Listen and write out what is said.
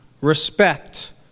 respect